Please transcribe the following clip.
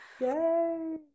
yay